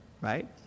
right